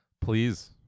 please